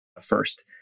first